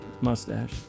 mustache